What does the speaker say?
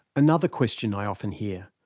another question i often hear